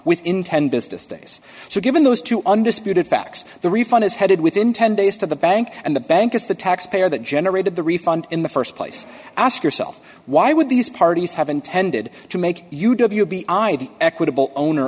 days so given those two undisputed facts the refund is headed within ten days to the bank and the bank is the tax payer that generated the refund in the st place ask yourself why would these parties have intended to make you w b i the equitable owner